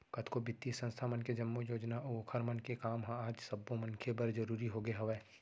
कतको बित्तीय संस्था मन के जम्मो योजना अऊ ओखर मन के काम ह आज सब्बो मनखे बर जरुरी होगे हवय